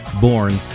born